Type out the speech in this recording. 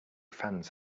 fans